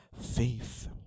faith